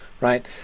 right